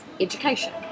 education